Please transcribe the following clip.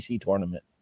tournament